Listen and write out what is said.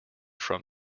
from